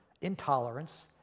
intolerance